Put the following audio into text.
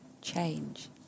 change